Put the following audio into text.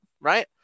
right